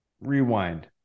rewind